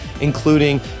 including